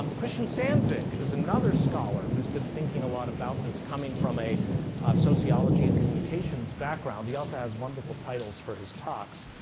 um christian sandvig is another scholar who's been thinking a lot about this, coming from a sociology and communications background. he also has wonderful titles for his talks.